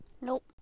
nope